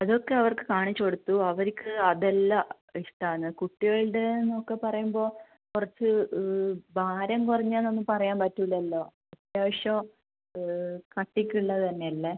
അതൊക്കെ അവർക്ക് കാണിച്ച് കൊടുത്തു അവർക്ക് അതല്ല ഇഷ്ടാന്ന് കുട്ടികളുടെ എന്നൊക്കെ പറയുമ്പോൾ കുറച്ച് ഭാരം കുറഞ്ഞത് എന്നൊന്നും പറയാൻ പറ്റില്ലല്ലോ ലേശം കട്ടിക്കുള്ളതല്ലേ